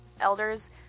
elders